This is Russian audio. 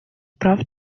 прав